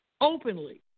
openly